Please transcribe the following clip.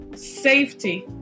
Safety